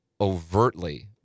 overtly